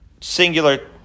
singular